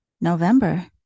November